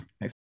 Thanks